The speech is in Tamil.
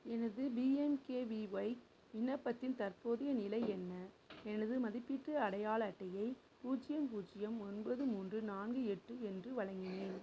எனது பிஎம்கேவிஒய் விண்ணப்பத்தின் தற்போதைய நிலை என்ன எனது மதிப்பீட்டு அடையாள அட்டையை பூஜ்யம் பூஜ்யம் ஒன்பது மூன்று நான்கு எட்டு என்று வழங்கினேன்